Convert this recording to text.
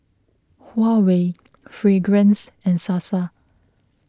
Huawei Fragrance and Sasa